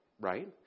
Right